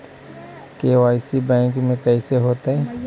KYC bank में कैसे होतै?